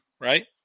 Right